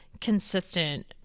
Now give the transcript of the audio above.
consistent